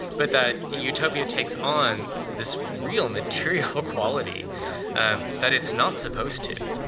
but that utopia takes on this real material quality that it's not supposed to.